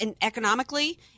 economically